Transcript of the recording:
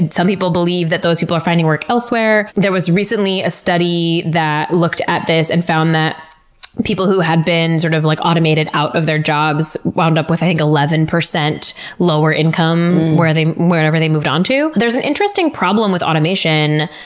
and some people believe that those people are finding work elsewhere. there was recently a study that looked at this and found that people who had been sort of like automated out of their jobs wound up with, i think, eleven percent lower income wherever they moved on to. there's an interesting problem with automation,